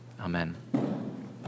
Amen